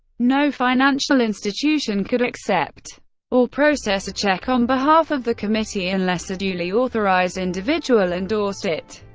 no financial institution could accept or process a check on behalf of the committee unless a duly authorized individual endorsed it.